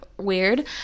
weird